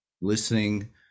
listening